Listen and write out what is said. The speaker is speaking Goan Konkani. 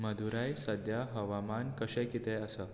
मदुराई सद्या हवामान कशें कितें आसा